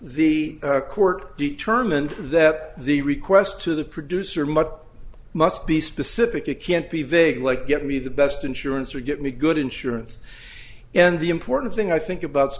purchase the court determined that the request to the producer mutt must be specific it can't be vague like get me the best insurance or get me good insurance and the important thing i think about